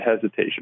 hesitation